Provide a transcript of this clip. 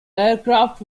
aircraft